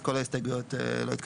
אז כל ההסתייגויות לא התקבלו.